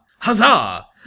huzzah